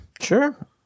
Sure